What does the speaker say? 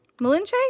Malinche